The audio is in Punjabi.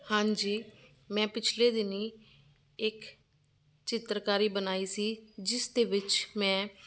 ਹਾਂਜੀ ਮੈਂ ਪਿਛਲੇ ਦਿਨੀਂ ਇੱਕ ਚਿੱਤਰਕਾਰੀ ਬਣਾਈ ਸੀ ਜਿਸ ਦੇ ਵਿੱਚ ਮੈਂ